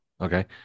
okay